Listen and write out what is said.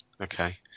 okay